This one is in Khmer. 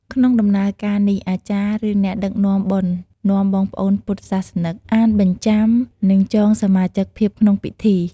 ក្នុងដំណើរការនេះ អាចារ្យ ឬអ្នកដឹកនាំបុណ្យនាំបងប្អូនពុទ្ធសាសនិកអានបញ្ចាំនិងចងសមាជិកភាពក្នុងពិធី។